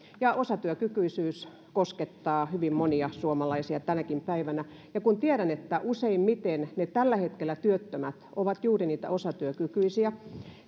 osatyökykyisyys koskettaa hyvin monia suomalaisia tänäkin päivänä ja kun tiedän että useimmiten ne tällä hetkellä työttömät ovat juuri niitä osatyökykyisiä